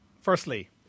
firstly